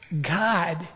God